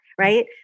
Right